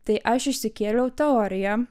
tai aš išsikėliau teoriją